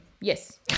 yes